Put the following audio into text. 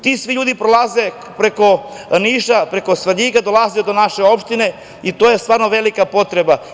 Ti svi ljudi prolaze preko Niša, preko Svrljiga dolaze do naše opštine i to je stvarno velika potreba.